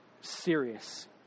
serious